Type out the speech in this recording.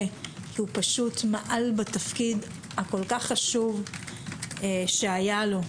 כי הוא פשוט מעל בתפקיד הכול כך חשוב שהיה לו.